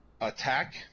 attack